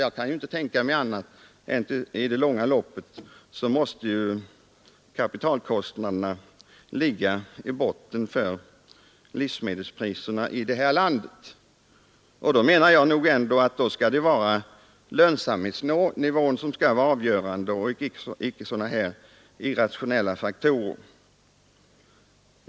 Jag kan inte tänka mig annat än att i det långa loppet måste kapitalkostnaderna också inverka på livsmedelspriserna. Önskvärt är ju att lönsamhetsnivån och inte sådana här irrationella faktorer skall vara avgörande för fastighetspriserna.